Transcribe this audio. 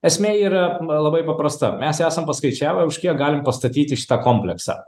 esmė yra labai paprasta mes esam paskaičiavę už kiek galim pastatyti šitą kompleksą